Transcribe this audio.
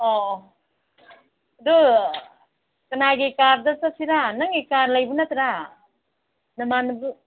ꯑꯣ ꯑꯗꯨ ꯀꯅꯥꯒꯤ ꯀꯥꯔꯗ ꯆꯠꯁꯤꯔꯥ ꯅꯪꯒꯤ ꯀꯥꯔ ꯂꯩꯕ ꯅꯠꯇ꯭ꯔꯥ ꯅꯃꯥꯟꯅꯕꯤ